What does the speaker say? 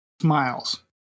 smiles